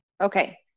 Okay